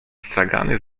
stragany